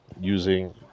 using